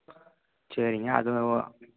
சரிங்க அது